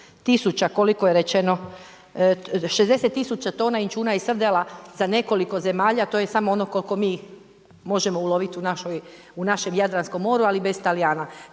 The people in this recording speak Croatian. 60000 tona inćuna i srdela za nekoliko zemalja, to je samo ono koliko mi možemo uloviti u našem Jadranskom moru, ali bez Talijana.